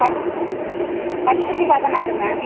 பத்து பத்துக்கு பதினாறுங்க